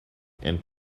and